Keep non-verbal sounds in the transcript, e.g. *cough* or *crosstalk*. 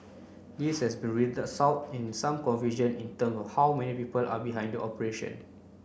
this has *unintelligible* resulted in some confusion in term of how many people are behind operation